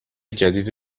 جدید